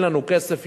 אין לנו כסף,